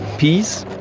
peas.